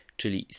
czyli